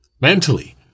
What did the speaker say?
mentally